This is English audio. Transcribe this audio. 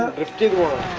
if